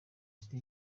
ati